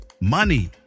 money